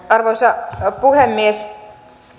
arvoisa puhemies